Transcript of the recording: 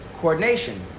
Coordination